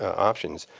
options.